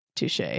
touche